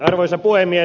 arvoisa puhemies